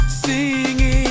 Singing